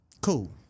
cool